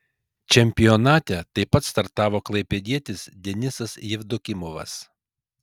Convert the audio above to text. čempionate taip pat startavo klaipėdietis denisas jevdokimovas